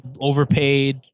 overpaid